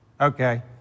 Okay